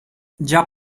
già